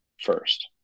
first